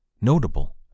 Notable